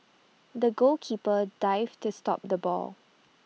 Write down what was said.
the goalkeeper dived to stop the ball